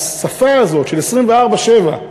השפה הזאת של 24/7,